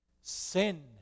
Sin